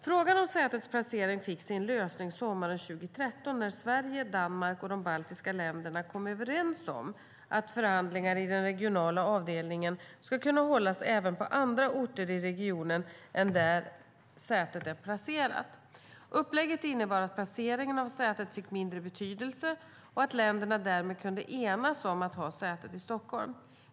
Frågan om sätets placering fick sin lösning sommaren 2013 när Sverige, Danmark och de baltiska länderna kom överens om att förhandlingar i den regionala avdelningen ska kunna hållas även på andra orter i regionen än den där sätet är placerat. Upplägget innebar att placeringen av sätet fick mindre betydelse och att länderna därmed kunde enas om att ha sätet i Stockholm.